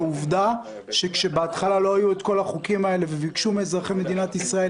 ועובדה שכאשר בהתחלה לא היו כל החוקים האלה וביקשו מאזרחי מדינת ישראל